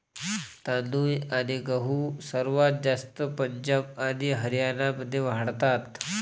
तांदूळ आणि गहू सर्वात जास्त पंजाब आणि हरियाणामध्ये वाढतात